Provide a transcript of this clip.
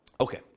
Okay